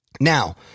Now